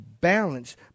balance